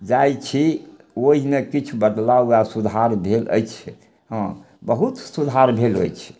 जाइ छी ओइमे किछु बदलाव आओर सुधार भेल अछि हँ बहुत सुधार भेल अछि